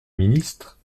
ministre